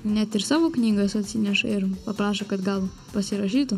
net ir savo knygas atsineša ir paprašo kad gal pasirašytų